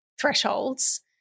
thresholds